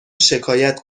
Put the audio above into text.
شکایت